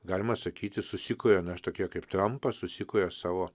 galima sakyti susikuria na ir tokie kaip trampas susikuria savo